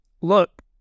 Look